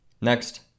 Next